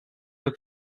were